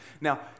Now